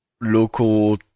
local